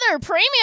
premium